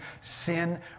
sin